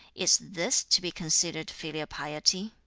is this to be considered filial piety